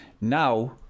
now